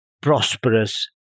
prosperous